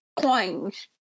coins